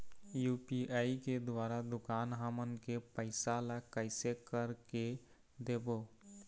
UPI के द्वारा दुकान हमन के पैसा ला कैसे कर के देबो?